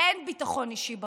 אין ביטחון אישי ברחובות.